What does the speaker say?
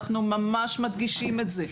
אנחנו ממש מדגישים את זה.